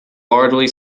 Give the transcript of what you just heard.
largely